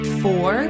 four